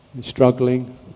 struggling